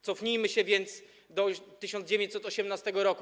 Cofnijmy się więc do 1918 r.